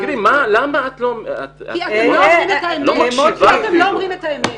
למה את לא --- כי אתם לא אומרים את האמת.